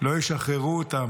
לא ישחררו אותם,